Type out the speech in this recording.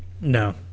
No